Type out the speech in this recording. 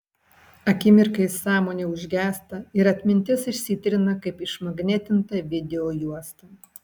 akimirkai sąmonė užgęsta ir atmintis išsitrina kaip išmagnetinta videojuosta